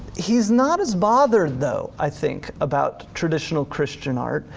he's not as bothered though, i think, about traditional christian art,